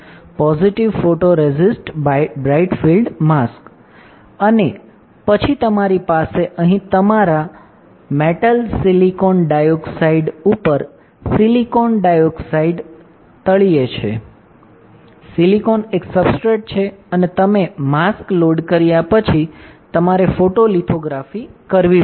positive photoresist bright field mask અને પછી તમારી પાસે અહીં તમારા મેટલ સિલિકોન ડાયોક્સાઇડ ઉપર સિલિકોન ડાયોક્સાઇડ તળિયે છે સિલિકોન એક સબસ્ટ્રેટ છે અને તમે માસ્ક લોડ કર્યા પછી તમારે લિથોગ્રાફી કરવી પડશે